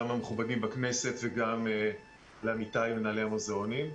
גם המכובדים בכנסת וגם לעמיתיי מנהלי המוזיאונים.